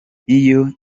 iyo